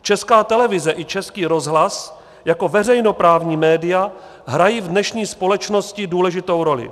Česká televize i Český rozhlas jako veřejnoprávní média, hrají v dnešní společnosti důležitou roli.